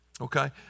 okay